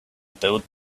build